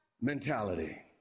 mentality